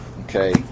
Okay